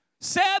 Seb